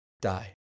die